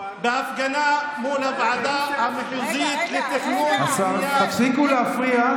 בהפגנה מול הוועדה המחוזית לתכנון ובנייה.